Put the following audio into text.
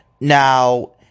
Now